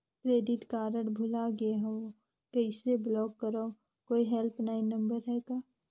Credit card भुला गे हववं कइसे ब्लाक करव? कोई हेल्पलाइन नंबर हे का?